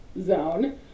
zone